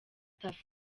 tuff